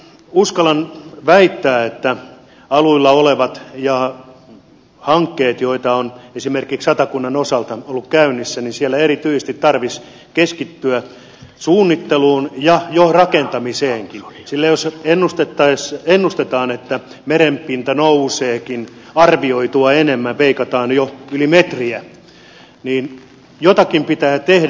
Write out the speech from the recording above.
kuitenkin uskallan väittää että aluilla olevien hankkeiden osalta joita on esimerkiksi satakunnan osalta ollut käynnissä erityisesti tarvitsisi keskittyä suunnitteluun ja jo rakentamiseenkin sillä jos ennustetaan että merenpinta nouseekin arvioitua enemmän veikataan jo yli metriä niin jotakin pitää tehdä